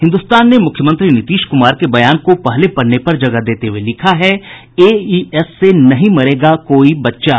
हिन्दुस्तान ने मुख्यमंत्री नीतीश कुमार के बयान को पहले पन्ने पर जगह देते हुये लिखा है एईएस से नहीं मरेगा कोई बच्चा